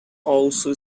also